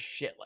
shitless